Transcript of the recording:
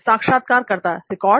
साक्षात्कारकर्ता रिकॉर्ड